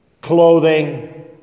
clothing